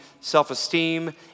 self-esteem